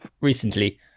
recently